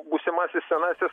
būsimasis senasis